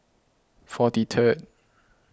forty third